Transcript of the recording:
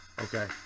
okay